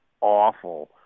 awful